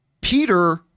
Peter